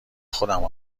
خودم